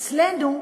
אצלנו,